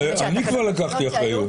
אני כבר לקחתי אחריות.